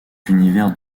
univers